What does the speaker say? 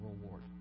reward